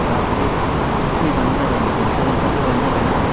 जागोन दे थाब फैबानो जाबाय नोंबो थाब ओंखारबोबानो जाबाय ना